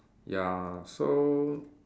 ya so